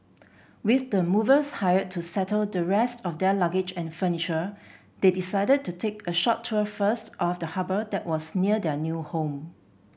with the movers hired to settle the rest of their luggage and furniture they decided to take a short tour first of the harbour that was near their new home